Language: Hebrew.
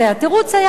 התירוץ היה: